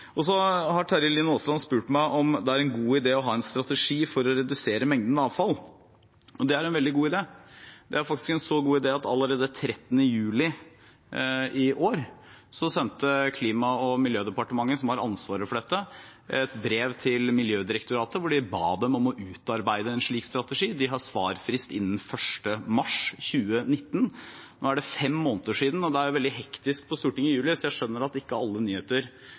faktisk så god at Klima- og miljødepartementet, som har ansvaret for dette, allerede 13. juli i år sendte et brev til Miljødirektoratet der de ba dem utarbeide en slik strategi. De har svarfrist 1. mars 2019. Nå er det fem måneder siden, og det er veldig hektisk på Stortinget i juli, så jeg skjønner at man ikke får med seg alle nyheter,